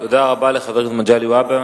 תודה רבה לחבר הכנסת מגלי והבה.